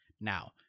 Now